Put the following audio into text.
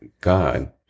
God